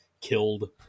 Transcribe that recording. killed